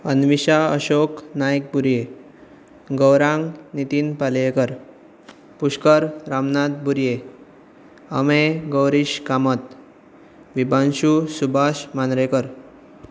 Anvesha Ashok Naik Burye Gaurang Nitin Palyekar Pushkar Ramnath Burye Amey Gaurish Kamat Vibanshu Subhash Madrenkar